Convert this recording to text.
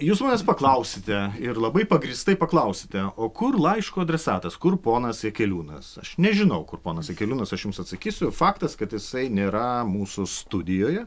jūs manęs paklausite ir labai pagrįstai paklausite o kur laiško adresatas kur ponas jakeliūnas aš nežinau kur ponas jakeliūnas aš jums atsakysiu faktas kad jisai nėra mūsų studijoje